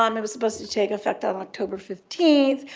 um it was supposed to take effect on october fifteen,